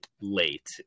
late